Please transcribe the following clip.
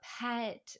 pet